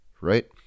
Right